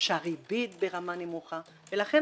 שהריבית ברמה נמוכה ולכן,